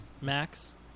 Max